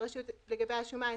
לגבי השומה,